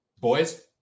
Boys